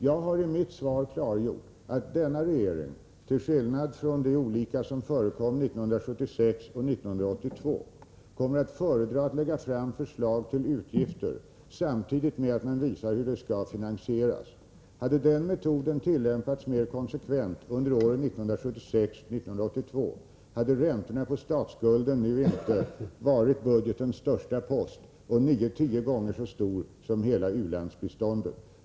Jag har i mitt svar klargjort att denna regering, till skillnad från de olika regeringar som förekom mellan 1976 och 1982, kommer att föredra att lägga fram förslag till utgifter samtidigt med att vi redovisar hur de skall finansieras. Hade den metoden tillämpats mer konsekvent under åren 1976-1982 hade räntorna på statsskulden nu inte varit budgetens största post - 9-10 gånger så stor som hela u-landsbiståndet.